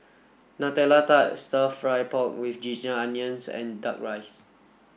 nutella tart stir fry pork with ginger onions and duck rice